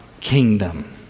kingdom